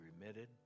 remitted